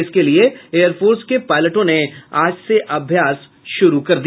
इसके लिए air force के पायलटों ने आज से अभ्यास शुरू कर दिया